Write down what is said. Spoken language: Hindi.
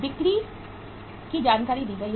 बिक्री की जानकारी दी गई है